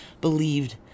believed